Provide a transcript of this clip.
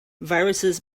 viruses